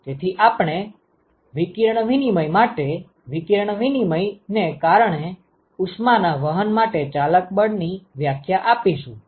તેથી આપણે વિકિરણ વિનિમય માટે વિકિરણ વિનિમય ને કારણે ઉષ્મા ના વહન માટે ચાલક બળ ની વ્યાખ્યા આપીશું